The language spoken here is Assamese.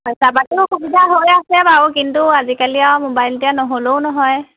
পইচা পাতিও অসুবিধা হৈ আছে বাৰু কিন্তু আজিকালি আৰু মোবাইল এতিয়া নহ'লেও নহয়